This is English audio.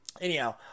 Anyhow